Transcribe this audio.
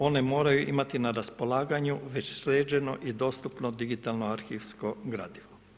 One moraju imati na raspolaganju već sređeno i dostupno digitalno arhivsko gradivo.